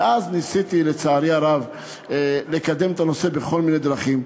מאז ניסיתי לקדם את הנושא בכל מיני דרכים,